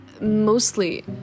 mostly